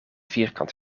vierkant